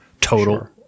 total